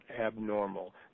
abnormal